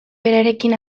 berarekin